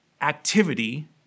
activity